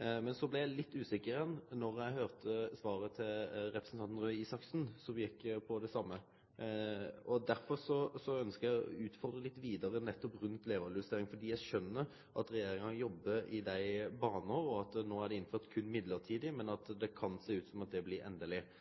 Men så blei eg litt usikker igjen då eg hørte svaret til representanten Røe Isaksen, som gjekk på det same. Derfor ønskjer eg å utfordre litt vidare rundt levealdersjustering, fordi eg skjønner at regjeringa arbeider i dei banene, og at det no er innført berre midlertidig, men det kan sjå ut som at